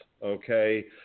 Okay